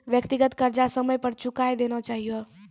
व्यक्तिगत कर्जा समय पर चुकाय देना चहियो